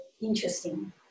interesting